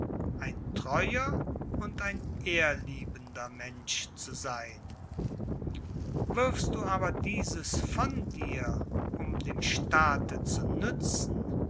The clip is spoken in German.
ein treuer und ein ehrliebender mensch zu sein wirfst du aber dieses von dir um dem staate zu nützen